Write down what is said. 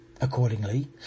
Accordingly